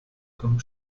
tom